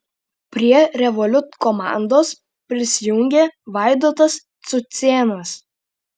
prie revolut komandos prisijungė vaidotas cucėnas